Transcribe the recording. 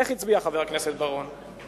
איך היא הצביעה, חבר הכנסת בר-און?